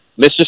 Mr